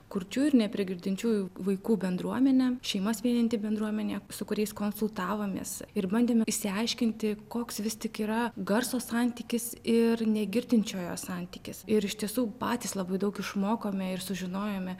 kurčiųjų ir neprigirdinčiųjų vaikų bendruomenė šeimas vienijanti bendruomenė su kuriais konsultavomės ir bandėm išsiaiškinti koks vis tik yra garso santykis ir negirdinčiojo santykis ir iš tiesų patys labai daug išmokome ir sužinojome